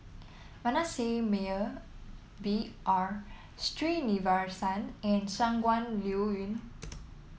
Manasseh Meyer B R Sreenivasan and Shangguan Liuyun